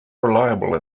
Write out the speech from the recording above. reliable